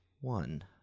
one